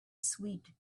sweet